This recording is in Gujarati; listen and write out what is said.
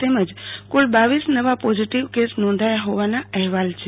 તેમજ કુલ રર નવા પોઝીટીવ કેસ નોંધાયા હોવાના અહેવાલ છે